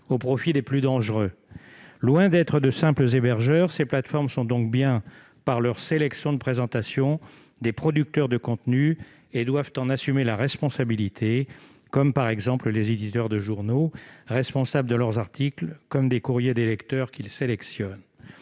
au profit des plus dangereux. Loin d'être de simples hébergeurs, ces plateformes sont donc bien, par la sélection qu'elles opèrent dans la présentation, des producteurs de contenus ; elles doivent en assumer la responsabilité, comme, par exemple, les éditeurs de journaux qui sont responsables de leurs articles et des courriers des lecteurs qu'ils sélectionnent.